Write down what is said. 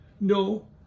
No